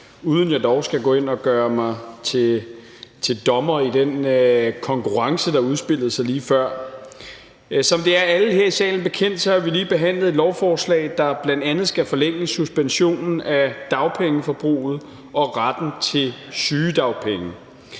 uden at jeg dog skal gå ind og gøre mig til dommer i den konkurrence, der udspillede sig lige før. Som det er alle her i salen bekendt, har vi lige behandlet et lovforslag, der bl.a. skal forlænge suspensionen af dagpengeforbruget og retten til sygedagpenge.